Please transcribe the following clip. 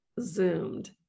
zoomed